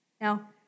Now